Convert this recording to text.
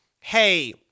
hey